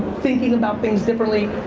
thinking about things differently.